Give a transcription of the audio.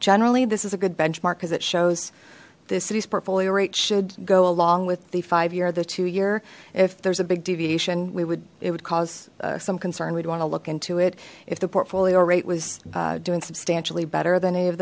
generally this is a good benchmark as it shows the city's portfolio rates should go along with the five year the two year if there's a big deviation we would it would cause some concern we'd want to look into it if the portfolio rate was doing substantially better than any of